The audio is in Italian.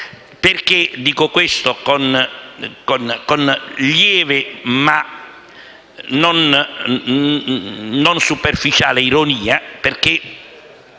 secondi. Dico questo con lieve ma non superficiale ironia, perché